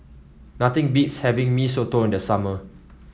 nothing beats having Mee Soto in the summer